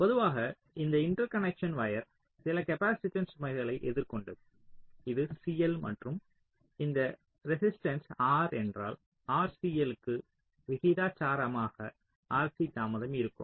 பொதுவாக இந்த interconnection wire சில காப்பாசிட்டன்ஸ் சுமைகளை எதிர்கொண்டது இது CL மற்றும் இந்த ரெசிஸ்ட்டன்ஸ் R என்றால் RCL க்கு விகிதாசாரமாக RC தாமதம் இருக்கும்